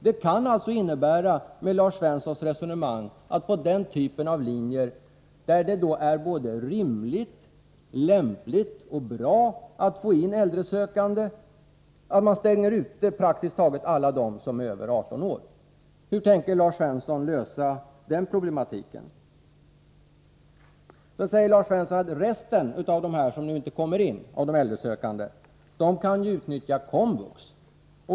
Med Lars Svenssons resonemang kan det alltså innebära att man vid denna typ av linjer, där det är både rimligt, lämpligt och bra att få in äldre sökande, stänger ute praktiskt taget alla dem som är över 18 år. Hur tänker Lars Svensson lösa den problematiken? Lars Svensson sade att resten av de äldre sökande som inte kommer in kan utnyttja Komvux.